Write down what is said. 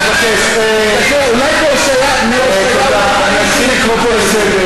בהושעיה הם גדלו, נערי הגבעות?